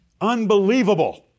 Unbelievable